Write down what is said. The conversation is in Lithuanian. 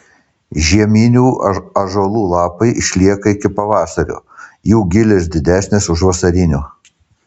žieminių ąžuolų lapai išlieka iki pavasario jų gilės didesnės už vasarinių